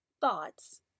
thoughts